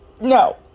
no